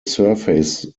surface